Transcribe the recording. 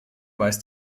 weist